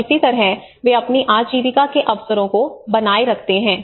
और इसी तरह वे अपनी आजीविका के अवसरों को बनाए रखते हैं